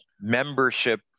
membership